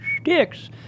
Sticks